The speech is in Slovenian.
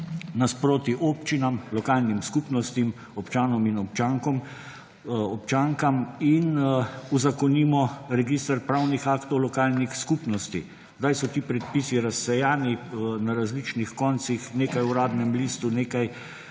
naproti občinam, lokalnim skupnostim, občanom in občankam in uzakonimo register pravnih aktov lokalnih skupnosti. Zdaj so ti predpisi razsejani na različnih koncih, nekaj v Uradnem listu, nekaj